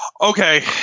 Okay